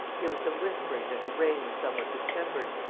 here was some whispering that her brain was somewhat distempered,